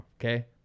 Okay